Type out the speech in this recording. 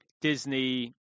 Disney